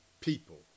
people